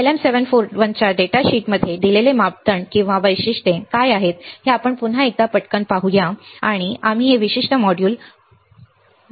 LM741 च्या data शीटमध्ये दिलेले मापदंड किंवा वैशिष्ट्ये काय आहेत आणि काय आहेत हे आपण पुन्हा एकदा पटकन पाहूया आणि आम्ही हे विशिष्ट मॉड्यूल संपवणार